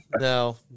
no